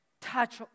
touch